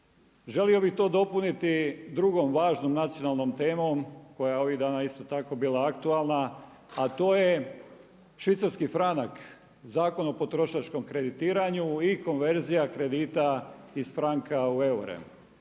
Želio bih to dopuniti drugom važnom nacionalnom temom koja je ovih dana isto tako bila aktualna a to je švicarski franak, Zakon o potrošačkom kreditiranju i konverzija kredita iz franka u eure.